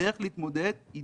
הדרך להתמודדות היא